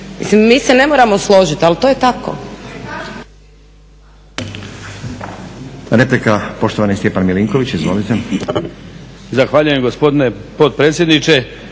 mi se ne moramo složiti ali to je tako.